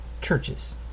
churches